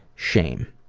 shame.